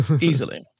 Easily